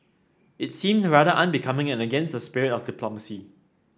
it seemed rather unbecoming and against the spirit of diplomacy